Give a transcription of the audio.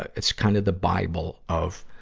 it's kind of the bible of,